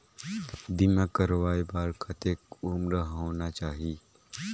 बीमा करवाय बार कतेक उम्र होना चाही?